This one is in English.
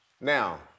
Now